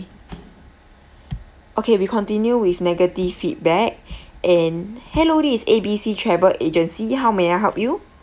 okay we continue with negative feedback and hello this is A B C travel agency how may I help you